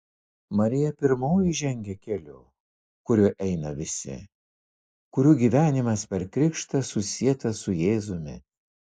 marija pirmoji žengia keliu kuriuo eina visi kurių gyvenimas per krikštą susietas su jėzumi